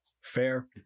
Fair